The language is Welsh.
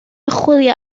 chwilio